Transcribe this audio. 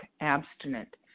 abstinent